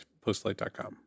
postlight.com